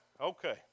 okay